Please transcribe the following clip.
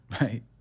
right